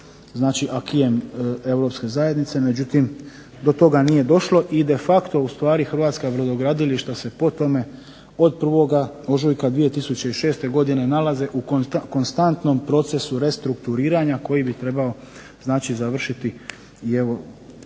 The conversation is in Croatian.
znači acquisem Europske zajednice, međutim do toga nije došlo, i de facto ustvari hrvatska brodogradilišta se po tome od 1. ožujka 2006. godine nalaze u konstantnom procesu restrukturiranja koji bi trebao znači završiti, i evo